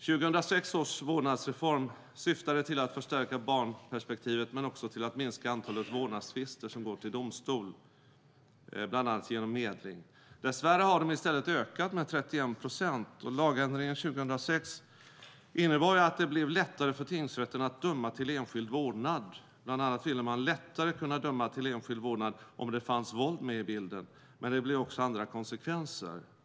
2006 års vårdnadsreform syftade till att förstärka barnperspektivet men också till att minska antalet vårdnadstvister som går till domstol, bland annat genom medling. Dess värre har de i stället ökat med 31 procent, och lagändringen 2006 innebar ju att det blev lättare för tingsrätten att döma till enskild vårdnad. Bland annat ville man lättare kunna döma till enskild vårdnad om det fanns våld med i bilden. Men det blev också andra konsekvenser.